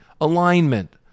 alignment